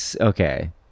Okay